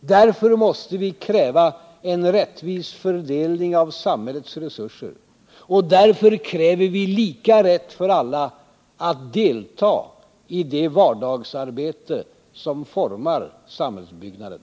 Därför måste vi kräva en rättvis fördelning av samhällets resurser. Och därför kräver vi lika rätt för alla att delta i det vardagsarbete som formar samhällsbyggnaden.